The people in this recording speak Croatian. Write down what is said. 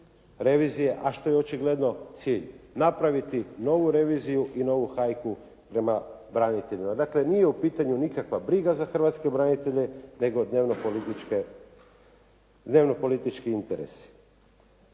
revizija, a što je očigledno cilj napraviti novu reviziju i novu hajku prema braniteljima. Dakle, nije u pitanju nikakva briga za hrvatske branitelje, nego dnevni politički interesi.